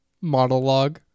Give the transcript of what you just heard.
monologue